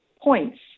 points